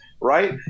right